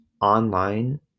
online